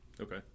Okay